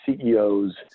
CEOs